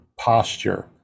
posture